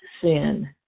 sin